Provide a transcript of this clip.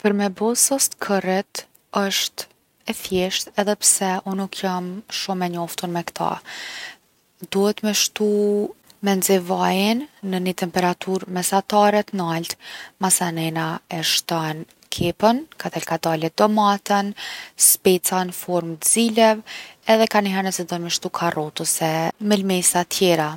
Për me bo sos t’kërrit osht e thjeshtë edhe pse unë nuk jom shum’ e njoftun me kta. Duhet me shtu- me nxe vajin në ni temperaturë mesatare t’nalt. Masanena e shton kepën, kadal kadale domaten, speca n’forme t’zileve, edhe kaniher nëse don me shtu karrotë ose mëlmesa tjera.